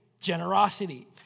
Generosity